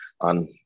on